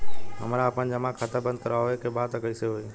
हमरा आपन जमा खाता बंद करवावे के बा त कैसे होई?